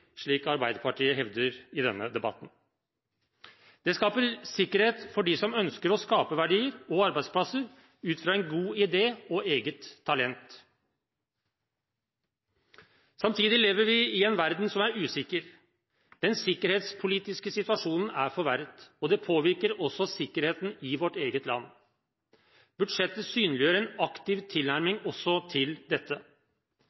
slik Arbeiderpartiet hevder i denne debatten. Det skaper sikkerhet for dem som ønsker å skape verdier og arbeidsplasser ut fra en god idé og eget talent. Samtidig lever vi i en verden som er usikker. Den sikkerhetspolitiske situasjonen er forverret, og det påvirker også sikkerheten i vårt eget land. Budsjettet synliggjør en aktiv